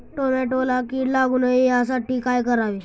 टोमॅटोला कीड लागू नये यासाठी काय करावे?